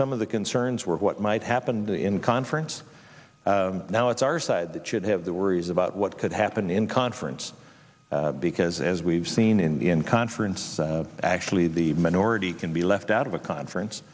some of the concerns were what might happen in conference now it's our side that should have the worries about what could happen in conference because as we've seen in the in conference actually the minority can be left out of a conference